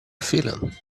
feeling